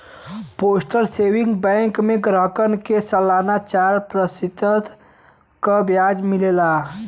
postal saving bank में ग्राहकन के सलाना चार प्रतिशत क ब्याज मिलला